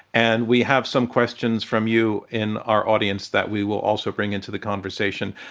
and we have some questions from you in our audience that we will also bring into the conversation.